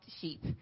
sheep